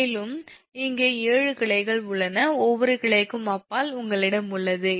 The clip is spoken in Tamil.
மேலும் இங்கே 7 கிளைகள் உள்ளன ஒவ்வொரு கிளைக்கும் அப்பால் உங்களிடம் உள்ளது